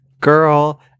girl